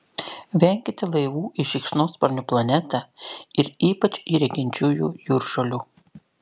venkite laivų į šikšnosparnių planetą ir ypač į reginčiųjų jūržolių